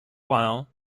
while